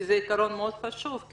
כי זה עיקרון חשוב מאוד,